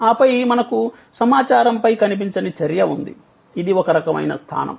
ఆపై మనకు సమాచారంపై కనిపించని చర్య ఉంది ఇది ఒక రకమైన స్థానం